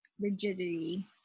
rigidity